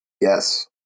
Yes